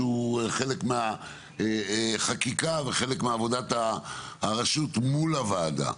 שהוא חלק מהחקיקה וחלק מעבודת הרשות מול הוועדה.